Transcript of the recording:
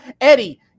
Eddie